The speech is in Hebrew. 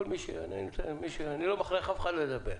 אני לא מכריח אף אחד לדבר.